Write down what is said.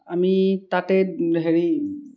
আমি তাতে হেৰি